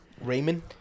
Raymond